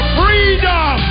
freedom